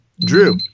drew